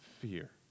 fear